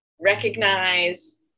recognize